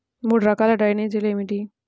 మూడు రకాల డ్రైనేజీలు ఏమిటి?